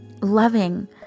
loving